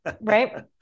right